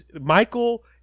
Michael